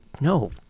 no